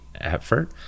effort